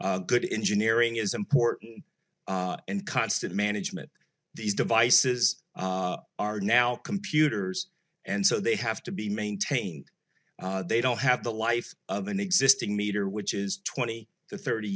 important good engineering is important and constant management these devices are now computers and so they have to be maintained they don't have the life of an existing meter which is twenty to thirty